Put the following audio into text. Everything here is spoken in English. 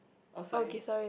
oh sorry